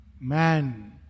man